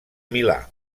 milà